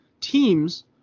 teams